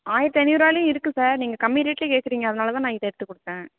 ஆயரத்து ஐநூறுவாயிலையும் இருக்கு சார் நீங்கள் கம்மி ரேட்டில் கேட்குறீங்க அதனாலதான் நான் இதை எடுத்து கொடுத்தேன்